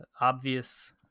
obvious